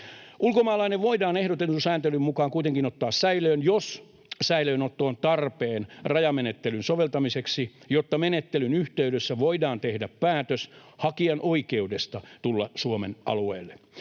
Ulkomaalainen voidaan ehdotetun sääntelyn mukaan kuitenkin ottaa säilöön, jos säilöönotto on tarpeen rajamenettelyn soveltamiseksi, jotta menettelyn yhteydessä voidaan tehdä päätös hakijan oikeudesta tulla Suomen alueelle.